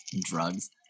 drugs